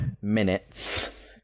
minutes